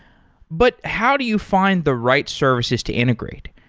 but how do you find the right services to integrate?